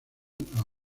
otra